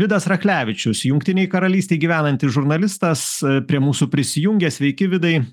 vidas rachlevičius jungtinėj karalystėj gyvenantis žurnalistas prie mūsų prisijungė sveiki vidai